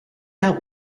out